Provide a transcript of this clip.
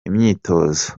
imyitozo